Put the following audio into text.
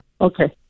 Okay